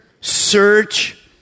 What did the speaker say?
search